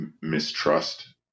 mistrust